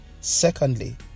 Secondly